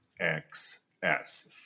XS